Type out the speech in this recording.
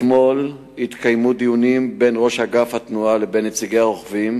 אתמול התקיימו דיונים בין ראש אגף התנועה לבין נציגי הרוכבים